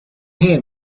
hear